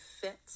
fit